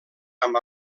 amb